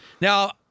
Now